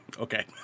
Okay